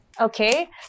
Okay